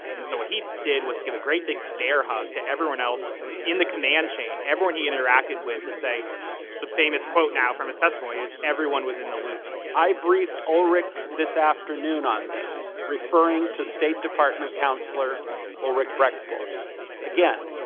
and so what he did was give a great big bear hug to everyone else in the command chain. everyone he interacted with, to say the famous quote now from his testimony is everyone was in the loop i briefed alric this afternoon on this, referring to state department counselor oelrich breakable again.